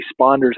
responders